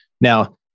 Now